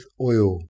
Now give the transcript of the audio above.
oil